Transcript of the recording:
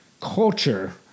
culture